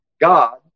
God